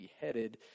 beheaded